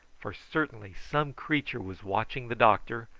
for certainly some creature was watching the doctor,